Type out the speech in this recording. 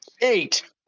eight